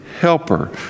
helper